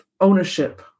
ownership